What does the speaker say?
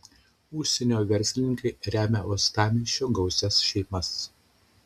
užsienio verslininkai remia uostamiesčio gausias šeimas